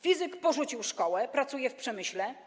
Fizyk porzucił szkołę, pracuje w przemyśle.